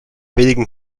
wenigen